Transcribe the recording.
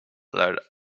led